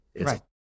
Right